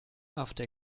after